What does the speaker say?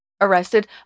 arrested